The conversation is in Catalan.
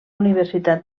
universitat